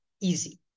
easy